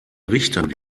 richter